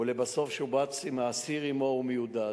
ולבסוף שובץ עם האסיר שעמו הוא מיודד.